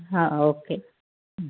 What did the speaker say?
हा ओके